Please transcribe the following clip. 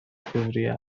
فوریه